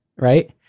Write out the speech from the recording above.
right